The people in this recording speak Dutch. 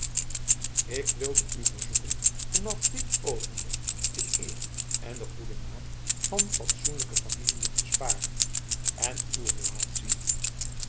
ik wilde u verzoeken vanaf dit ogenblik de eer en de goede naam van fatsoenlijke familiën te sparen en uw relatie